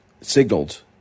signaled